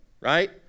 right